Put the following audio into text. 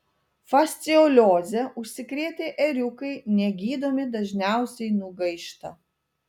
fasciolioze užsikrėtę ėriukai negydomi dažniausiai nugaišta